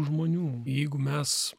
žmonių jeigu mes